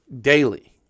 daily